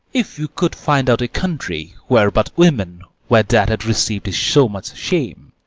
if you could find out a country where but women were that had received so much shame,